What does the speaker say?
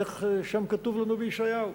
איך שם כתוב לנו בישעיהו?